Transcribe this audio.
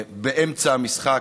באמצע המשחק.